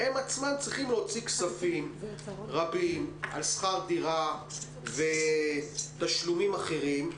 הם עצמם צריכים להוציא כספים רבים על שכר דירה ותשלומים אחרים,